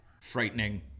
frightening